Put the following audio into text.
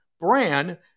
brand